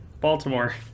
Baltimore